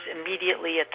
immediately